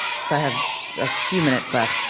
since i have just a few minutes left,